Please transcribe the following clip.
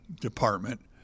department